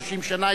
30 שנה,